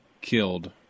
killed